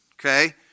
okay